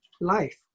life